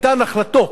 היתה נחלתו,